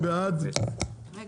מי בעד ההסתייגויות?